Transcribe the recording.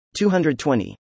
220